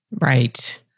Right